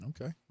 Okay